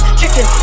chicken